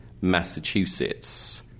Massachusetts